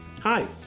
Hi